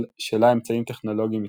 שלה אמצעים טכנולוגיים מתקדמים.